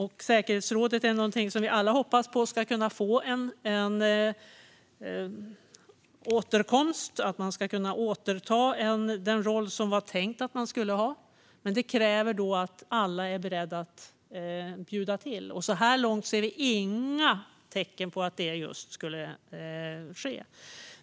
Vi hoppas alla att säkerhetsrådet ska kunna få en återkomst och att man ska kunna återta den roll som det var tänkt att man skulle ha, men det kräver att alla är beredda att bjuda till. Så här långt ser vi inga tecken på att det skulle ske.